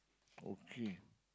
okay